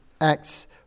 Acts